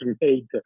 made